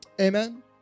Amen